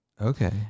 Okay